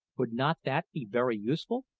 would not that be very useful?